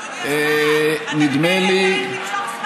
נדמה לי, השר לוין, על ידי מי הם מופרים?